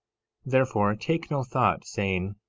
therefore take no thought, saying,